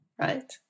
right